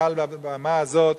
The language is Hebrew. מעל הבמה הזאת,